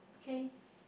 okay